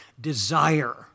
desire